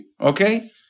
Okay